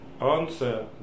answer